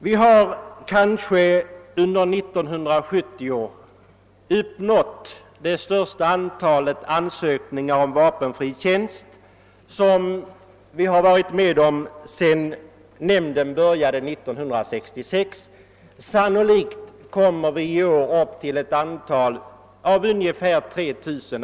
Vi har under år 1970 fått det största antal ansökningar om vapenfri tjänst som vi har varit med om sedan nämnden tillkom år 1966; sannolikt kommer vi i år upp till inemot 3 000.